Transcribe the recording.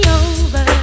over